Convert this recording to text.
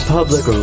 Public